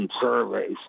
surveys